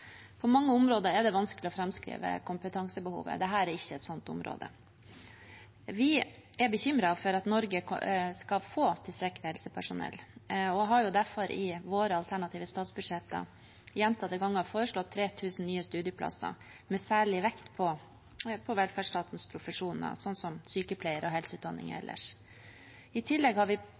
På mange områder er det vanskelig å framskrive kompetansebehovet. Dette er ikke et sånt område. Vi er bekymret for at Norge ikke skal få tilstrekkelig med helsepersonell, og har derfor i våre alternative statsbudsjetter gjentatte ganger foreslått 3 000 nye studieplasser med særlig vekt på velferdsstatens profesjoner, som sykepleiere og helseutdanning ellers. I tillegg har vi